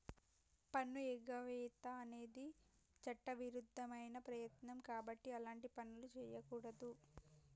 పన్నుఎగవేత అనేది చట్టవిరుద్ధమైన ప్రయత్నం కాబట్టి అలాంటి పనులు చెయ్యకూడదు